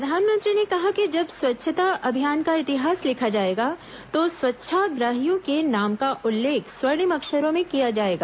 प्रधानमंत्री ने कहा कि जब स्वच्छता अभियान का इतिहास लिखा जाएगा तो स्वच्छाग्रहियों के नाम का उल्लेख स्वर्णिम अक्षरों में किया जाएगा